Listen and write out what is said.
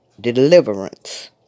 deliverance